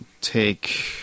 take